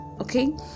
okay